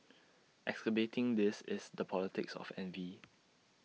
exacerbating this is the politics of envy